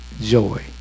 joy